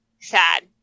sad